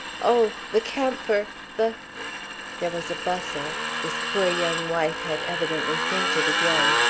oh! the camphor the there was a bustle this poor young wife had evidently fainted again.